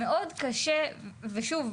מאוד קשה ושוב,